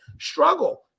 struggle